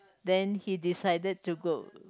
then he decided to go